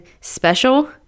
special